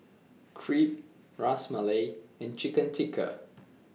Crepe Ras Malai and Chicken Tikka